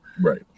Right